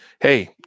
hey